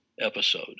episode